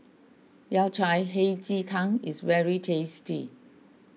Yao Cai Hei Ji Tang is very tasty